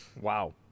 Wow